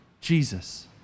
Jesus